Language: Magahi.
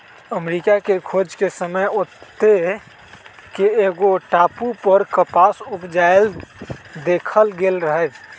अमरिका के खोज के समय ओत्ते के एगो टापू पर कपास उपजायल देखल गेल रहै